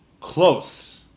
close